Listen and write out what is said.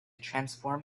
transform